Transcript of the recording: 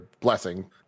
blessing